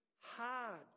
hard